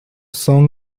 song